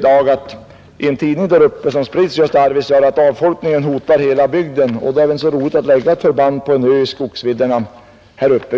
där uppe. I en tidning som sprids i Arvidsjaur står det just i dag att avfolkningen hotar hela bygden. Det är kanske inte så roligt att lägga ett förband på en ö i skogsvidderna här uppe.